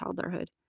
childhood